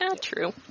True